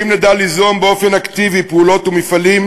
האם נדע ליזום באופן אקטיבי פעולות ומפעלים